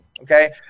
okay